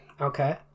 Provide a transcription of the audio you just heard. Okay